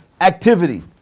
activity